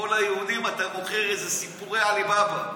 פה ליהודים אתה מוכר איזה סיפורי עלי באבא.